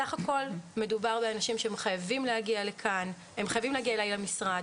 סך הכול מדובר באנשים שחייבים להגיע אלי למשרד.